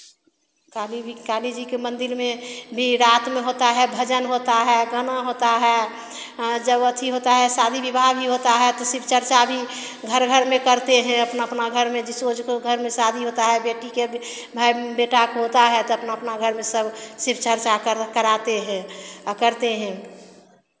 काली भी काली जी के मंदिर में भी रात में होता है भजन होता है गाना होता है जब अथि होता है शादी विवाह भी होता है तो शिव चर्चा भी घर घर में करते हैं अपना अपना घर में जिसको जिसको घर में शादी होता है बेटी के भाई बेटा को होता है तो अपना अपना घर में सब शिव चर्चा कर कराते हैं आ करते हैं